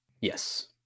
Yes